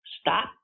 stop